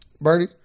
Bernie